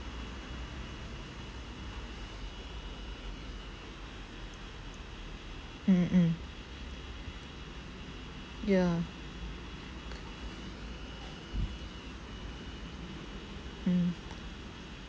mm mm ya mm